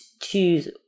choose